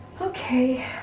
Okay